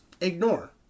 ignore